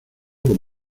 con